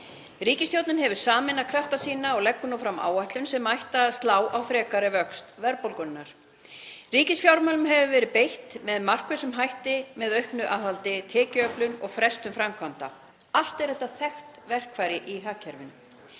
Ríkisstjórnin hefur sameinað krafta sína og leggur nú fram áætlun sem ætti að slá á frekari vöxt verðbólgunnar. Ríkisfjármálum hefur verið beitt með markvissum hætti með auknu aðhaldi, tekjuöflun og frestun framkvæmda. Allt eru þetta þekkt verkfæri í hagkerfinu.